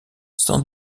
sans